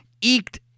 Eeked